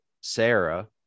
Sarah